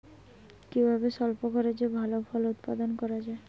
কিভাবে স্বল্প খরচে ভালো ফল উৎপাদন করা যায়?